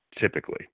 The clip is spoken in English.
typically